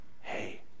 Hey